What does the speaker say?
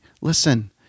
Listen